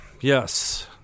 Yes